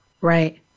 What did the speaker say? Right